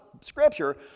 scripture